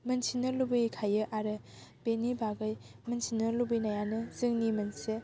मोनथिनो लुगै खायो आरो बेनि बागै मोन्थिनो लुबैनायानो जोंनि मोनसे